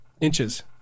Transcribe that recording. Inches